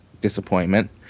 disappointment